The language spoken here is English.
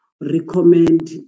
recommend